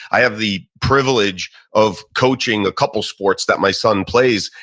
i have the privilege of coaching a couple sports that my son plays,